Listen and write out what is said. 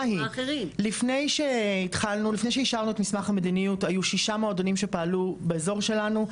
לפני שאישרנו את מסמך המדיניות היו שישה מועדונים שפעלו באזור שלנו.